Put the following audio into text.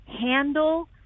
handle